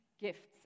gifts